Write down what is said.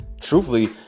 Truthfully